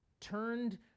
turned